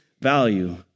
value